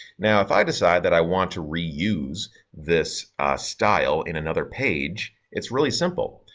now if i decide that i want to reuse this ah style in another page it's really simple.